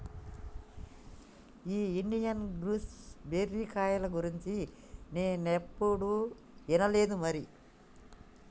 ఈ Indian gooseberry కాయల గురించి నేనేప్పుడు ఇనలేదు మరి